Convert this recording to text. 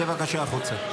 צא בבקשה החוצה.